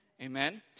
amen